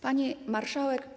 Pani Marszałek!